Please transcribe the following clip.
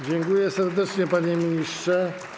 Dziękuję serdecznie, panie ministrze.